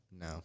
No